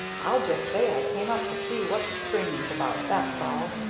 i'll just say i came up to see what the screaming's about, that's all.